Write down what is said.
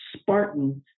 Spartan